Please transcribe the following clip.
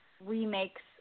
remakes